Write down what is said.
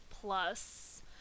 Plus